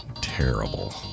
terrible